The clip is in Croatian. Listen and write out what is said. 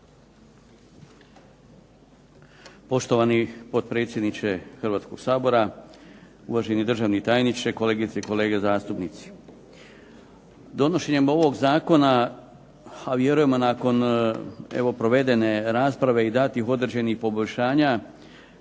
Poštovani potpredsjedniče Hrvatskog sabora, uvaženi državni tajniče, kolegice i kolege zastupnici. Donošenjem ovog zakona, a vjerujemo nakon evo provedene rasprave i datih određenih poboljšanja,